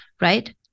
right